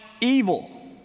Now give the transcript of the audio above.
evil